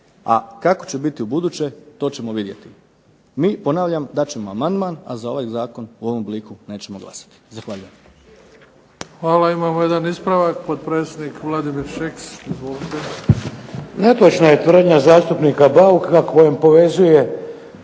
a kako će biti ubuduće to ćemo vidjeti. Mi ponavljam, dat ćemo amandman a za ovaj zakon u ovom obliku nećemo glasovati. Zahvaljujem.